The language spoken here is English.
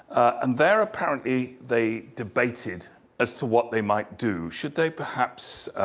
and there, apparently, they debated as to what they might do. should they perhaps,